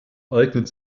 eignet